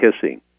kissing